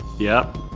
yep.